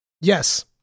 Yes